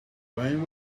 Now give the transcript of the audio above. when